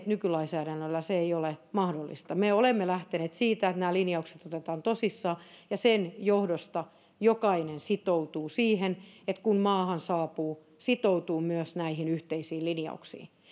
nykylainsäädännöllä se ei ole mahdollista me olemme lähteneet siitä että nämä linjaukset otetaan tosissaan ja sen johdosta jokainen sitoutuu siihen että kun maahan saapuu sitoutuu myös näihin yhteisiin linjauksiin